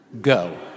Go